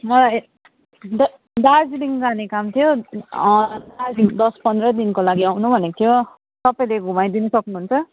म दार्जिलिङ जाने काम थियो दार्जिलिङ दस पन्ध्र दिनको लागि आउनु भनेको थियो तपाईँले घुमाइदिनु सक्नुहुन्छ